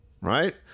right